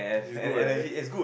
is good that